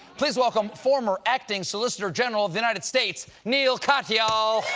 please welcome former acting solicitor general of the united states neal katyal!